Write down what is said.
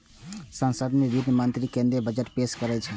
संसद मे वित्त मंत्री केंद्रीय बजट पेश करै छै